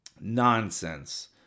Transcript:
nonsense